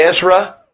Ezra